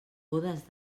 bodes